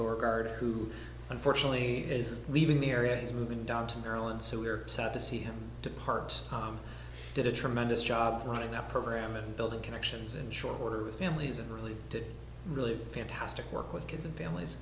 beauregard who unfortunately is leaving the area he's moving down to maryland so we're sad to see him depart did a tremendous job running that program and building connections in short order with families and really did really fantastic work with kids and families